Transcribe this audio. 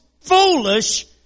foolish